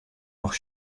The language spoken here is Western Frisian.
noch